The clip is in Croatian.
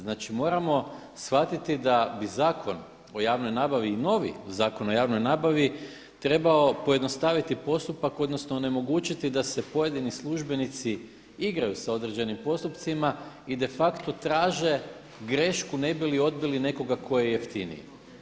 Znači moramo shvatiti da bi Zakon o javnoj nabavi i novi Zakon o javnoj nabavi trebao pojednostaviti postupak, odnosno onemogućiti da se pojedini službenici igraju sa određenim postupcima i de facto traže grešku ne bi li odbili nekoga tko je jeftiniji.